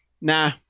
nah